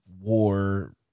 war